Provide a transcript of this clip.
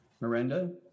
Miranda